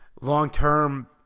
Long-term